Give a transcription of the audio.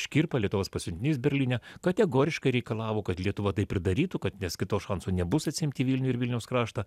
škirpa lietuvos pasiuntinys berlyne kategoriškai reikalavo kad lietuva taip ir darytų kad nes kito šanso nebus atsiimti vilnių ir vilniaus kraštą